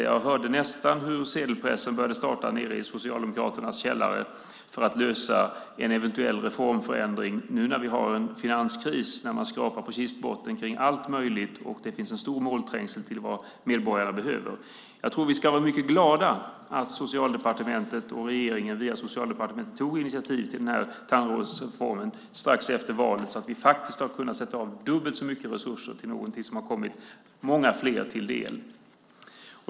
Jag hörde nästan hur sedelpressen började starta nere i Socialdemokraternas källare för att lösa en eventuell reformförändring, nu när vi har en finanskris och man skrapar på kistbotten för allt möjligt och det finns en stor målträngsel beträffande vad medborgarna behöver. Jag tror att vi ska vara mycket glada att Socialdepartementet och regeringen via Socialdepartementet tog initiativ till den här tandvårdsreformen strax efter valet så att vi faktiskt har kunnat sätta av dubbelt så mycket resurser till någonting som har kommit många fler till del.